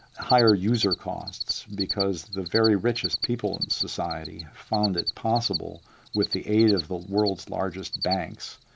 higher user costs because the very richest people in society found it possible, with the aid of the world's largest banks,